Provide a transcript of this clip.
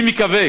אני מקווה